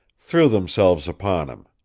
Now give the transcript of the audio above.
threw themselves upon him.